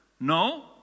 No